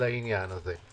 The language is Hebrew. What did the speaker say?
לעניין הזה.